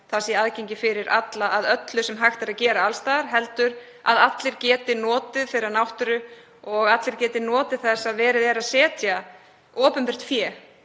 það sé aðgengi fyrir alla að öllu sem hægt er að gera alls staðar heldur að allir geti notið náttúrunnar og að allir geti notið þess að verið er að setja opinbert fé